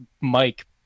Mike